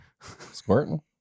Squirting